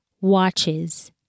watches